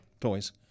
Toys